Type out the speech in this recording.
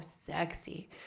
sexy